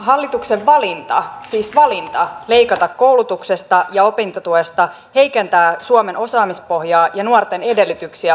hallituksen valinta siis valinta leikata koulutuksesta ja opintotuesta heikentää suomen osaamispohjaa ja nuorten edellytyksiä opiskella